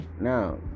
Now